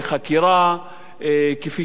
כפי שצריך וכפי שמתבקש.